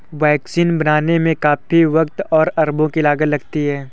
vaccine बनाने में काफी वक़्त और अरबों की लागत लगती है